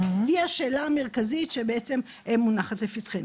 היא השאלה המרכזית שבעצם מונחת לפתחנו.